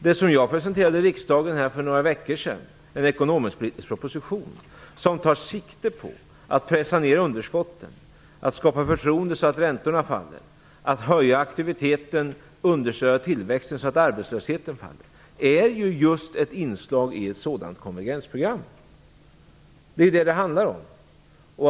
Det som jag presenterade här i riksdagen för några veckor sedan - en ekonomiskpolitisk proposition som tar sikte på att underskotten skall pressas ner, att det skall skapas förtroende så att räntorna faller, att aktiviteten skall höjas och att tillväxten skall understödjas så att arbetslösheten minskar - är ett inslag i ett sådant konvergensprogram. Det är det här som det handlar om.